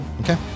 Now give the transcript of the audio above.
Okay